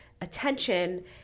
attention